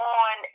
on